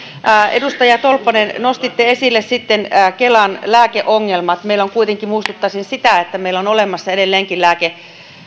edustaja tolppanen nostitte esille sitten kelan lääkeongelmat kuitenkin muistuttaisin että meillä on olemassa edelleenkin